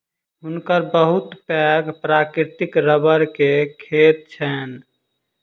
हुनकर बहुत पैघ प्राकृतिक रबड़ के खेत छैन